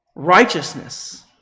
righteousness